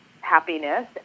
happiness